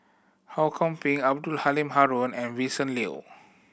Ho Kwon Ping Abdul Halim Haron and Vincent Leow